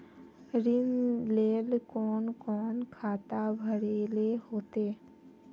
ऋण लेल कोन कोन खाता भरेले होते?